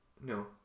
No